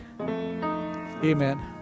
Amen